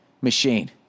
machine